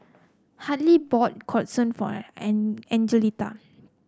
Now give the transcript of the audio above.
Hadley bought Katsudon for An An Angelita